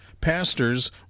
Pastors